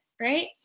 right